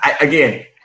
again